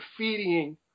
graffitiing